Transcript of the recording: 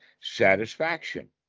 satisfaction